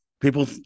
People